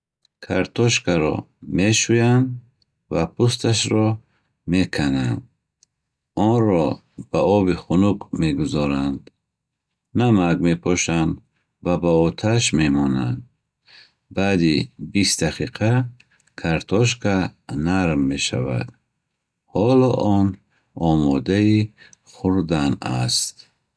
Картошкаро мешӯянд ва пӯсташро мекананд. Онро ба оби хунук мегузоранд. Намак мепошанд ва ба оташ мемонанд. Баъди бист дақиқа картошка нарм мешавад. Ҳоло он омодаи хӯрдан аст.